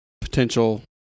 potential